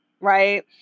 right